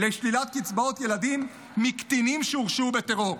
לשלילת קצבאות ילדים מקטינים שהורשעו בטרור.